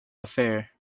affair